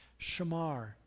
Shamar